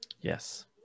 Yes